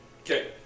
Okay